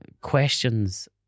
questions